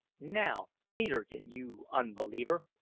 now, peterkin, you unbeliever!